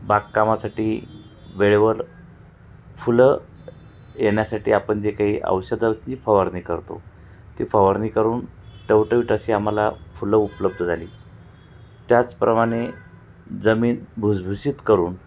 बागकामासाठी वेळेवर फुलं येण्यासाठी आपण जे काही औषधाची फवारणी करतो ती फवारणी करून टवटवीट अशी आम्हाला फुलं उपलब्ध झाली त्याचप्रमाणे जमीन भुसभुशीत करून